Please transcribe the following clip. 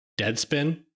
deadspin